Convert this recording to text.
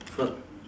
food